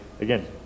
Again